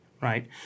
right